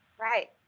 Right